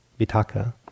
vitaka